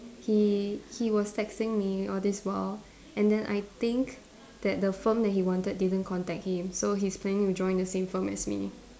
he he was texting me all this while and then I think that the firm that he wanted didn't contact him so he's planning to join the same firm as me